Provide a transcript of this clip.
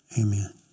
amen